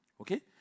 Okay